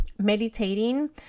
meditating